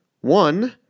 One